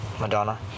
Madonna